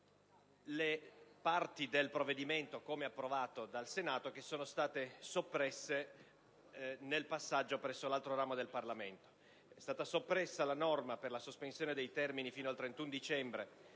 le parti del provvedimento, nel testo approvato dal Senato, che sono state soppresse nel passaggio presso l'altro ramo del Parlamento. È stata soppressa la norma che prevedeva la sospensione della demolizione di